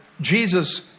Jesus